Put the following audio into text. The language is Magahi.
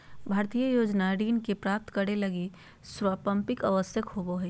भारतीय योजना ऋण के प्राप्तं करे लगी संपार्श्विक आवश्यक होबो हइ